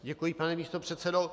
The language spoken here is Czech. Děkuji, pane místopředsedo.